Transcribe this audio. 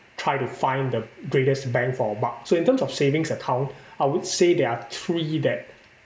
try to find the greatest bang for buck so in terms of savings account I would say there are three that